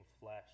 flesh